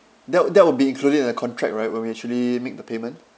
that would that would be included in the contract right when we actually make the payment